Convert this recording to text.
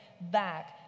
back